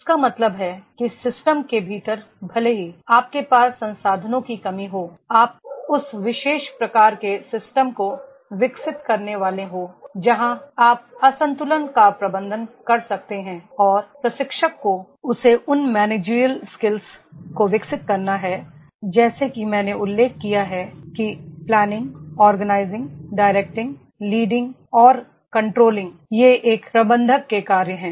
इसका मतलब है कि सिस्टम के भीतर भले ही आपके पास संसाधनों की कमी हो आप उस विशेष प्रकार के सिस्टम को विकसित करने वाले हों जहां आप असंतुलन का प्रबंधन कर सकते हैं और प्रशिक्षक को उसे उन managerial managerial skills managerial skills को विकसित करना है जैसा कि मैंने उल्लेख किया है कि planning organizing directing leading और कंट्रो लिंग ये एक प्रबंधक के कार्य हैं